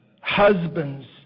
husbands